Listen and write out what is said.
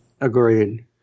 Agreed